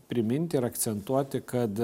priminti ir akcentuoti kad